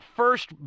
first